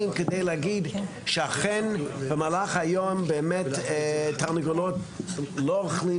כדי לומר שאכן במהלך היום תרנגולות לא אוכלות